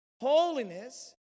Holiness